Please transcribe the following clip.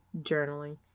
journaling